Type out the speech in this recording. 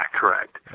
correct